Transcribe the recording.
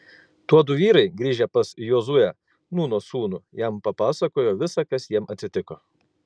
tuodu vyrai grįžę pas jozuę nūno sūnų jam papasakojo visa kas jiems atsitiko